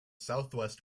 southwest